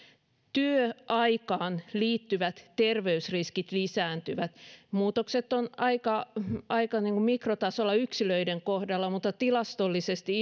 työaikaan liittyvät terveysriskit lisääntyvät muutokset ovat aika mikrotasolla yksilöiden kohdalla mutta tilastollisesti